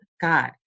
God